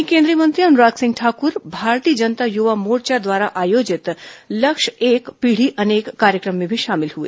वहीं केन्द्रीय मंत्री अनुराग सिंह ठाकुर भारतीय जनता युवा मोर्चा द्वारा लक्ष्य एक पीढ़ी अनेक कार्यक्रम में भी शामिल हुए